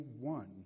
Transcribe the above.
one